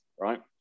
right